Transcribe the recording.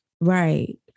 right